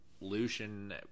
Lucian